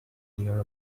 near